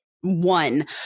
one